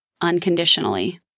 unconditionally